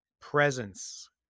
presence